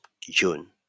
June